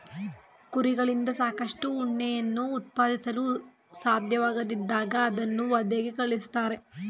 ಕುರಿಗಳಿಂದ ಸಾಕಷ್ಟು ಉಣ್ಣೆಯನ್ನು ಉತ್ಪಾದಿಸಲು ಸಾಧ್ಯವಾಗದಿದ್ದಾಗ ಅವನ್ನು ವಧೆಗೆ ಕಳಿಸ್ತಾರೆ